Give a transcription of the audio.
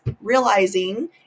realizing